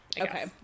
okay